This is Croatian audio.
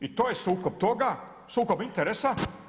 I to je sukob toga, sukob interesa.